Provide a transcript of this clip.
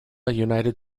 united